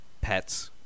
Pets